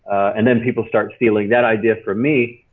and then people start stealing that idea from me.